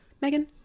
Megan